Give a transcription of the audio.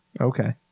okay